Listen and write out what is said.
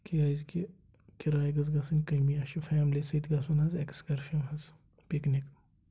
کیازِ کہِ کِراے گٔژھ گژھٕنۍ کمی اَسہِ چھُ فٮ۪ملی سۭتۍ گژھُن حظ اٮ۪کسکرشَن حظ پِکنِک